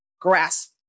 grasp